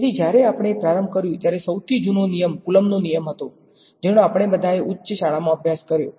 તેથી જ્યારે આપણે પ્રારંભ કર્યુ ત્યારે સૌથી જૂનો નિયમ કુલમ્બ નો નિયમ હતો જેનો આપણે બધાએ ઉચ્ચ શાળામાં જ અભ્યાસ કર્યો છે